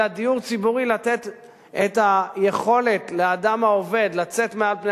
אלא לתת את היכולת לאדם העובד לצאת מעל פני